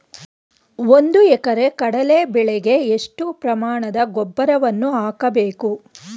ಒಂದು ಎಕರೆ ಕಡಲೆ ಬೆಳೆಗೆ ಎಷ್ಟು ಪ್ರಮಾಣದ ಗೊಬ್ಬರವನ್ನು ಹಾಕಬೇಕು?